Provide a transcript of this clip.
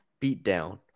beatdown